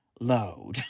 load